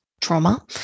trauma